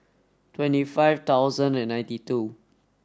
twenty five thousand and ninety two